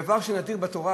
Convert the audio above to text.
דבר שהוא נדיר בתורה,